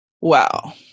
Wow